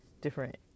different